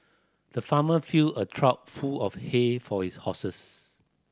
the farmer filled a trough full of hay for his horses